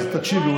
אז תקשיבי,